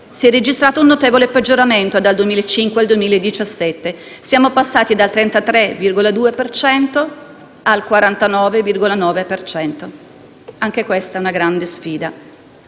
si è registrato un notevole peggioramento dal 2005 al 2017: siamo passati dal 33,2 al 49,9 per cento. Anche questa è una grande sfida.